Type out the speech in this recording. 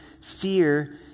fear